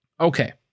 Okay